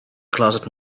closest